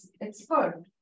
expert